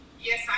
Yes